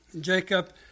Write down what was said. Jacob